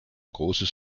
großes